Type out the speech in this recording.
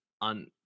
on